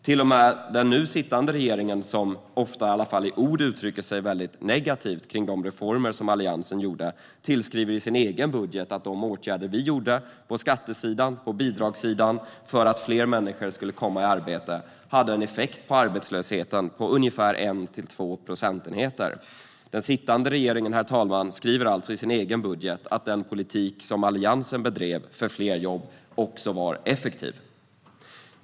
Till och med den nu sittande regeringen som ofta i ord uttrycker sig väldigt negativt om de reformer som Alliansen gjorde skriver i sin egen budget att de åtgärder vi genomförde på skattesidan och på bidragssidan för att fler människor skulle komma i arbete hade en effekt på arbetslösheten på ungefär 1-2 procentenheter. Den sittande regeringen, herr talman, skriver alltså i sin egen budget att den politik som Alliansen bedrev för fler jobb var effektiv.